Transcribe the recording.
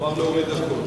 מורידים את כל ההסתייגויות.